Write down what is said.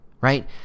right